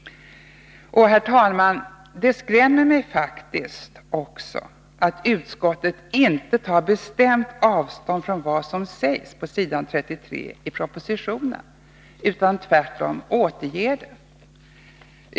Herr talman! Det skrämmer mig faktiskt att utskottet inte bestämt tar avstånd från vad som sägs på s. 33 i propositionen utan tvärtom återger det.